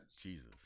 Jesus